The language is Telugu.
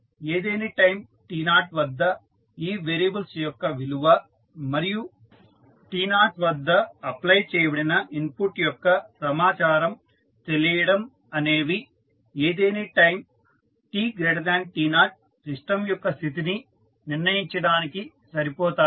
ఏదేని టైమ్ t0 వద్ద ఈ వేరియబుల్స్ యొక్క విలువ మరియు t0 వద్ద అప్లై చేయబడిన ఇన్పుట్ యొక్క సమాచారం తెలియడం అనేవి ఏదేని టైమ్ tto సిస్టం యొక్క స్థితిని నిర్ణయించడానికి సరిపోతాయి